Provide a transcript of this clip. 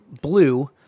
blue